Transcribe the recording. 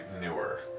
newer